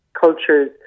cultures